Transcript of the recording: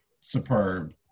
superb